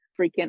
freaking